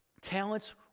talents